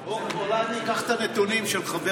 אני אקח את הנתונים של חבר